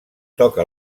toca